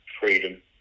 Freedom